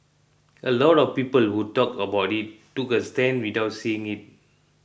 a lot of people who talked about it took a stand without seeing it